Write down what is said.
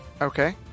Okay